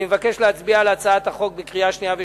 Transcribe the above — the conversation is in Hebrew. אני מבקש להצביע על הצעת החוק בקריאה שנייה ושלישית.